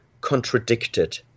contradicted